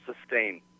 sustain